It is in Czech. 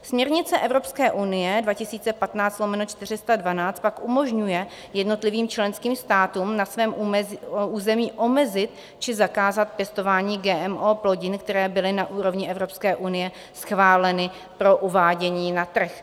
Směrnice Evropské unie 2015/412 pak umožňuje jednotlivých členským státům na svém území omezit či zakázat pěstování GMO plodin, které byly na úrovni Evropské unie schváleny pro uvádění na trh.